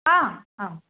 आम्